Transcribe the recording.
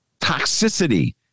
toxicity